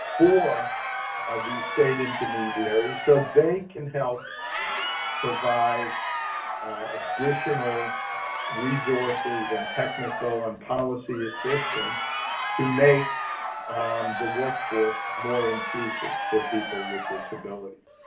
or the state intermediary so they can help provide additional resources and technical and policy assistance to make the workforce more inclusive for people with disabilities.